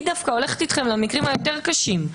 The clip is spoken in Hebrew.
אני דווקא הולכת אתכם למקרים היותר קשים,